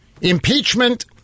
Impeachment